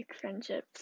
friendships